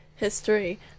History